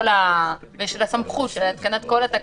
ושל הסמכות של התקנת כל התקנות,